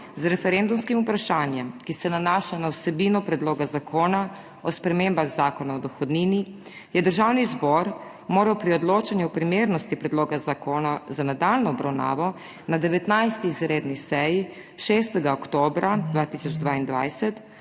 z referendumskim vprašanjem, ki se nanaša na vsebino Predloga zakona o spremembah Zakona o dohodnini, je Državni zbor moral pri odločanju o primernosti predloga zakona za nadaljnjo obravnavo na 19. izredni seji 6. oktobra 2022